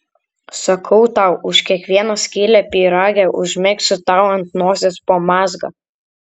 sakau tau už kiekvieną skylę pyrage užmegsiu tau ant nosies po mazgą